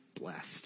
blessed